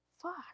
Fuck